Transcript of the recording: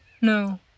No